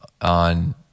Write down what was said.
on